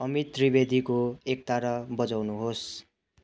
अमित त्रिवेदीको एकतारा बजाउनु होस्